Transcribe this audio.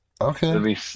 Okay